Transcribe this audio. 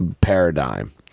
paradigm